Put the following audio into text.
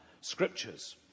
scriptures